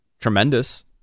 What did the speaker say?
tremendous